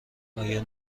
آیا